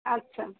আচ্ছা